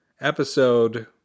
episode